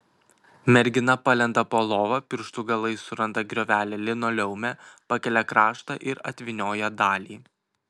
mergina palenda po lova pirštų galais suranda griovelį linoleume pakelia kraštą ir atvynioja dalį